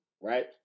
Right